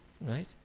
Right